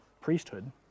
priesthood